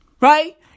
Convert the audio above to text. right